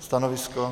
Stanovisko?